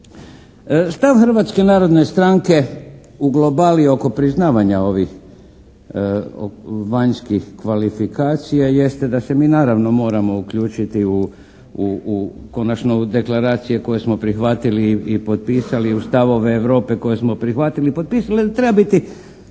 Stav Hrvatske narodne stranke u globalu i oko priznavanja ovih vanjskih kvalifikacija jeste da se mi naravno moramo uključiti u konačno deklaracije koje smo prihvatili i potpisali i u stavove Europe koje smo prihvatili i potpisali treba biti